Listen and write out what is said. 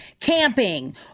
camping